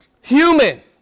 human